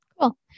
Cool